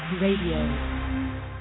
Radio